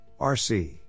RC